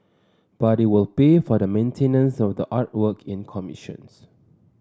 but it will pay for the maintenance of the artwork it commissions